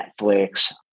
Netflix